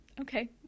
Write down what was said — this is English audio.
okay